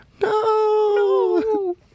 No